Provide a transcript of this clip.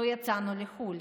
לא יצאנו לחו"ל.